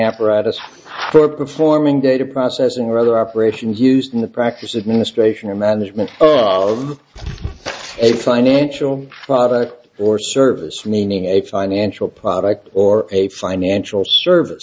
apparatus for performing data processing or other operations used in the practice administration or management of a financial product or service meaning a financial product or a financial service